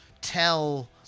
tell